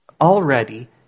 already